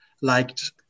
liked